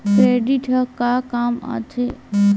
Credit ह का काम आथे?